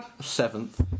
seventh